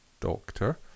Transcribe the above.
Doctor